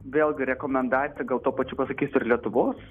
vėl rekomendacija gal tuo pačiu pasakyti ir lietuvos